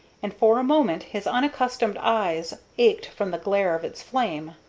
and for a moment his unaccustomed eyes ached from the glare of its flame.